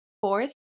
fourth